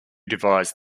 devised